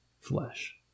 flesh